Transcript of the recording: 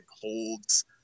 holds